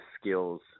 skills